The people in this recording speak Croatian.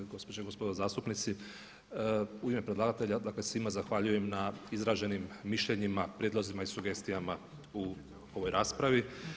Gospođe i gospodo zastupnici u ime predlagatelja dakle svima zahvaljujem na izraženim mišljenjima, prijedlozima i sugestijama u ovoj raspravi.